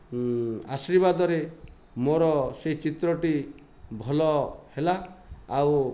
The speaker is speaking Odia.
ଆଶୀର୍ବାଦରେ ମୋ'ର ସେଇ ଚିତ୍ରଟି ଭଲ ହେଲା ଆଉ